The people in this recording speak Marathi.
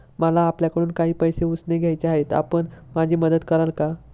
मला आपल्याकडून काही पैसे उसने घ्यायचे आहेत, आपण माझी मदत कराल का?